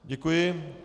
Děkuji.